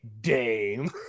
Dame